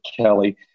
Kelly